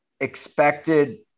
expected